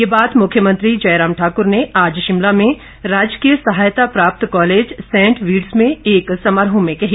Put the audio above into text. ये बात मुख्यमंत्री जयराम ठाकुर ने आज शिमला में राजकीय सहायता प्राप्त कॉलेज सेंट बीड्स में एक समारोह में कही